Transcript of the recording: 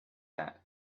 that